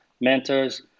mentors